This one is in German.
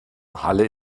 halle